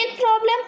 problem